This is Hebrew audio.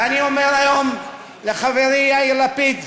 ואני אומר היום לחברי יאיר לפיד: